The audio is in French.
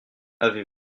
avez